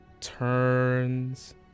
turns